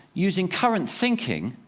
using current thinking,